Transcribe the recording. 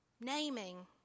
naming